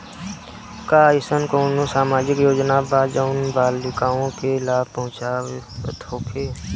का एइसन कौनो सामाजिक योजना बा जउन बालिकाओं के लाभ पहुँचावत होखे?